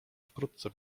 wkrótce